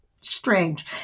strange